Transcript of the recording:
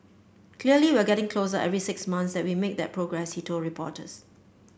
clearly we're getting closer every six months that we make that progress he told reporters